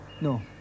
no